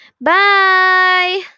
Bye